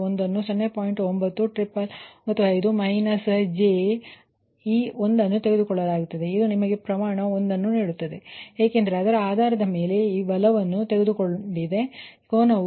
9 triple 95 minus j ಈ 1 ಅನ್ನು ತೆಗೆದುಕೊಳ್ಳುತ್ತೇವೆ ಇದು ನಿಮಗೆ ಪರಿಮಾಣ 1 ಅನ್ನು ನೀಡುತ್ತದೆ ಏಕೆಂದರೆ ಅದರ ಆಧಾರದ ಮೇಲೆ ಮಾತ್ರ ಈ e ಪಡೆದುಕೊಂಡಿದ್ದೇವೆ